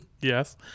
Yes